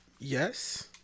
Yes